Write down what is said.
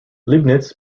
leibniz